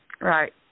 Right